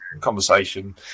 conversation